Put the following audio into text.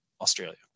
Australia